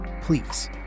Please